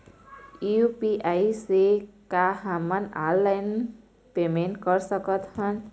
UPI से का हमन ऑनलाइन पेमेंट कर सकत हन?